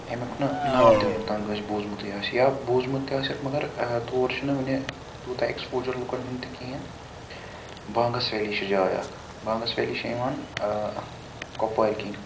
ییٚمیُک نہٕ ناو تہِ وٕنیُکھ تام کٲنٛسہِ بوٗزمُتُے آسہِ یا بوٗزمُت تہِ آسیٚکھ مَگَر تور چھُ نہٕ وٕنہِ تیوٗتاہ ایٚکٕسپوجَر لُکَن ہُنٛد تہِ کِہیٖنۍ بانٛگَس ویلی چھِ جاے اکھ بانٛگَس ویلی چھِ یِوان کۄپوارِ کِنۍ